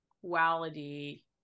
quality